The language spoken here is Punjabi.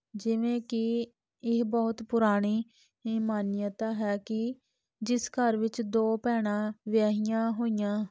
ਜਿਵੇਂ ਕਿ ਇਹ ਬਹੁਤ ਪੁਰਾਣੀ ਇਹ ਮਾਨਤਾ ਹੈ ਕਿ ਜਿਸ ਘਰ ਵਿੱਚ ਦੋ ਭੈਣਾਂ ਵਿਆਹੀਆਂ ਹੋਈਆਂ